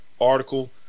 article